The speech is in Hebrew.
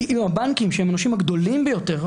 אם הבנקים שהם הנושים הגדולים ביותר,